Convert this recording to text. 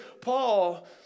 Paul